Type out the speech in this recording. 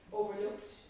overlooked